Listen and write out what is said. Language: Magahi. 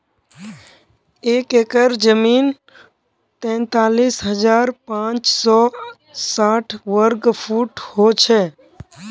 एक एकड़ जमीन तैंतालीस हजार पांच सौ साठ वर्ग फुट हो छे